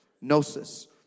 Gnosis